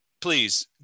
please